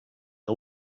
que